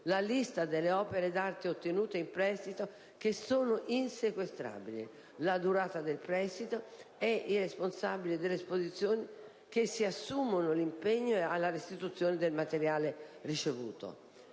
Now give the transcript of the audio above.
la lista delle opere d'arte ottenute in prestito, che sono insequestrabili, la durata del prestito e i responsabili delle esposizioni che si assumono l'impegno alla restituzione del materiale ricevuto.